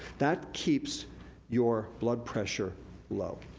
that keeps your blood pressure low.